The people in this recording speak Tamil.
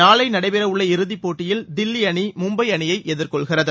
நாளை நடைபெற உள்ள இறுதிப் போட்டியில் தில்லி அணி மும்பை அணியை எதிர்கொள்கிறது